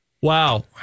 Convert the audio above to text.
Wow